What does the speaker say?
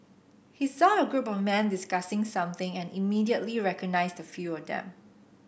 he saw a group of men discussing something and immediately recognised a few of them